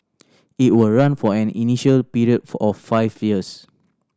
it will run for an initial period for of five years